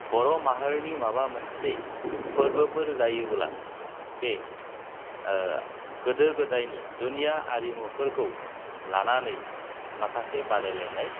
बर' माहारिनि माबा मोनसे फोरबोफोर जायोबोला बे गोदो गोदायनि जुनिया आरिमुफोरखौ लानानै माखासे बादायलायनाय